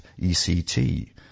ECT